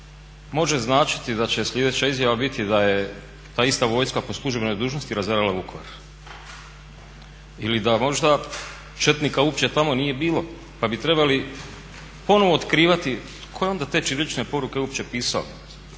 može značiti da će sljedeća izjava biti da je ta ista vojska po službenoj dužnosti razarala Vukovar ili da možda četnika uopće tamo nije bilo, pa bi trebali ponovo otkrivati tko je onda te ćirilične poruke uopće pisao.